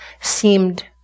seemed